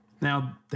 Now